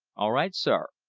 all right, sir,